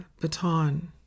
baton